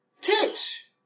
Tits